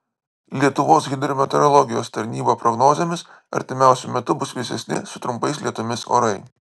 lietuvos hidrometeorologijos tarnyba prognozėmis artimiausiu metu bus vėsesni su trumpais lietumis orai